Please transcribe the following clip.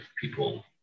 people